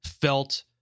felt